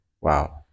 Wow